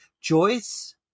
Joyce